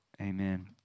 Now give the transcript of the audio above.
Amen